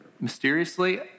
mysteriously